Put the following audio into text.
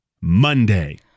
Monday